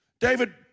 David